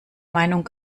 meinung